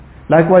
likewise